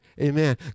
amen